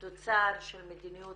תוצר של מדיניות